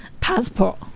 passport